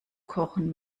kochen